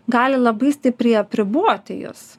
gali labai stipriai apriboti jus